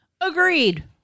Agreed